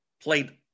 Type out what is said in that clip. played